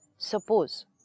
Suppose